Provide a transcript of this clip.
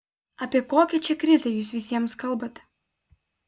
apie kokią čia krizę jūs visiems kalbate